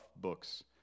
books